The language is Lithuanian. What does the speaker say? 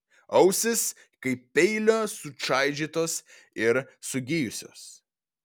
ausys kaip peilio sučaižytos ir sugijusios